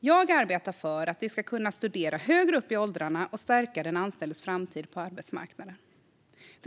Jag arbetar för att vi ska kunna studera högre upp i åldrarna och stärka den anställdes framtid på arbetsmarknaden.